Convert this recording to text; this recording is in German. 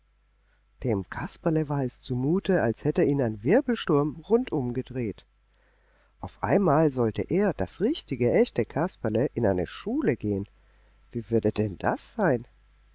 dem kasperle war es zumute als hätte ihn ein wirbelsturm rundum gedreht auf einmal sollte er das richtige echte kasperle in eine schule gehen wie würde denn das sein